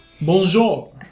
Bonjour